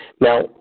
Now